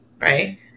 Right